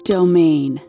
Domain